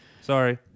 sorry